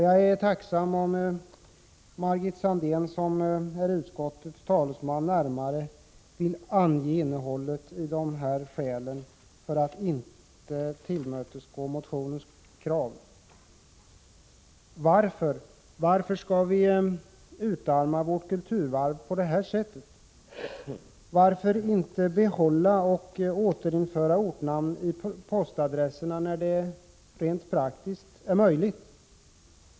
Jag vore tacksam om Margit Sandéhn, som är utskottets talesman, närmare ville ange skälen för att inte tillmötesgå motionens krav. Varför skall vi utarma vårt kulturarv på det här sättet? Varför inte behålla resp. återinföra ortnamn i postadresserna när det rent praktiskt är möjligt?